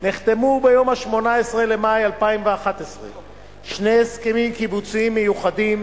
נחתמו ביום 18 במאי 2011 שני הסכמים קיבוציים מיוחדים